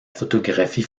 photographie